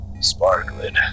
Sparkling